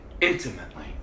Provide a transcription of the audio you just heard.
intimately